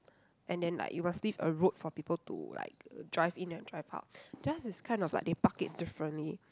and then like you must leave a road for people to like drive in and drive out theirs is kind of like they park it differently